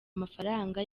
mafaranga